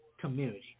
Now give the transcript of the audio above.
community